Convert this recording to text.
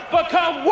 become